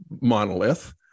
monolith